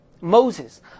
Moses